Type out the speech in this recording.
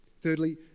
Thirdly